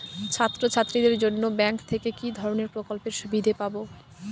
ছাত্রছাত্রীদের জন্য ব্যাঙ্ক থেকে কি ধরণের প্রকল্পের সুবিধে পাবো?